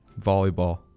Volleyball